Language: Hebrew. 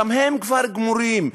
גם הם כבר גמורים,